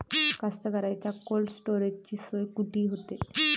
कास्तकाराइच्या कोल्ड स्टोरेजची सोय कुटी होते?